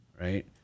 right